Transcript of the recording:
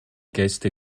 gäste